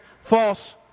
false